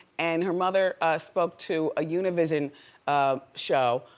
and her mother spoke to a yeah uni-vision ah show,